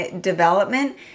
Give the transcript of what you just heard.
development